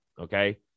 okay